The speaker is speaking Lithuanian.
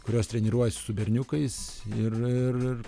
kurios treniruojasi su berniukais ir ir ir